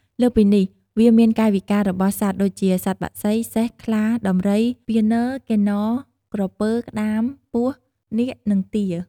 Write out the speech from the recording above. លើសពីនេះវាមានកាយវិការរបស់សត្វដូចជា សត្វបក្សី សេះ ខ្លា ដំរី ពានរ កិន្នរ ក្រពើ ក្តាម ពស់ នាគ និងទា។ល។